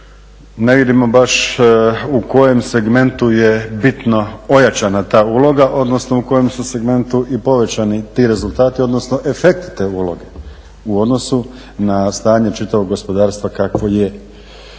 Ne vidimo baš u kojem segmentu je bitno ojačana ta uloga, odnosno u kojem su segmentu i povećani ti rezultati odnosno efekti te uloge u odnosu na stanje čitavog gospodarstva kakvo je.